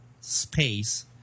space